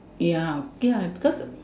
ya ya because